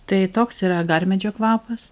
tai toks yra agarmedžio kvapas